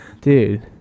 Dude